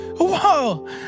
Whoa